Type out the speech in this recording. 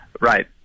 Right